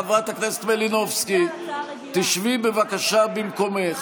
חברת הכנסת מלינובסקי, תשבי בבקשה במקומך.